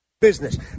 business